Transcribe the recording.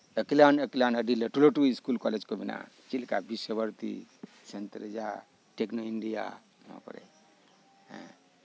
ᱟᱹᱠᱤᱞᱟᱱ ᱟᱹᱠᱤᱞᱟᱱ ᱟᱹᱰᱤ ᱞᱟᱹᱴᱩ ᱞᱟᱹᱴᱩ ᱤᱥᱠᱩᱞ ᱠᱚᱞᱮᱡᱽ ᱠᱚ ᱢᱮᱱᱟᱜᱼᱟ ᱪᱮᱫ ᱞᱮᱠᱟ Visva Bharati saint Teresa techno India ᱱᱚᱶᱟ ᱠᱚᱨᱮᱫ ᱦᱮᱸ